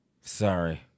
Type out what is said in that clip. Sorry